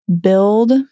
build